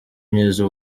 myiza